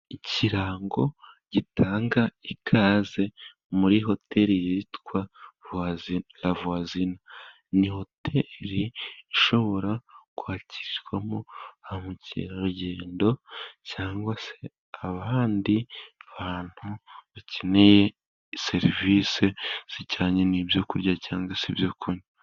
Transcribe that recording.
Ikirango gitanga ikaze muri hoteri yitwa lavuwasina, ni hoteri ishobora kwakirirwamo ba mukerarugendo cyangwa se abandi bantu, bakeneye serivisi zijyanye n'ibyo kurya cyangwa se ibyo kunywa.